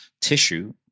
tissue